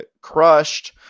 crushed